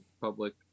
public